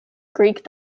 greek